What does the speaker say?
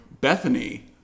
Bethany